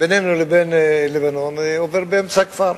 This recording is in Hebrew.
בינינו לבין לבנון, עובר באמצע הכפר,